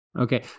Okay